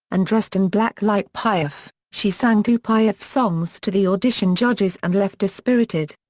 and dressed in black like piaf, she sang two piaf songs to the audition judges and left dispirited.